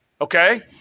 Okay